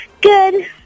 Good